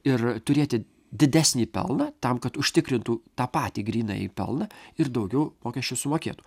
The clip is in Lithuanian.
ir turėti didesnį pelną tam kad užtikrintų tą patį grynąjį pelną ir daugiau mokesčių sumokėtų